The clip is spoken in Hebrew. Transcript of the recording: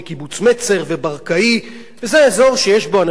וזה אזור שיש בו אנשים מכל הסוגים והמינים.